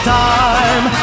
time